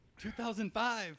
2005